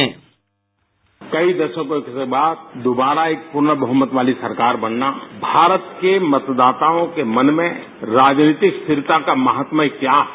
sound bite कई दशकों के बाद दोबारा एक पूर्ण बहमत वाली सरकार बनना भारत के मतदाताओं के मन में राजनीतिक स्थिरता का महत्व क्या है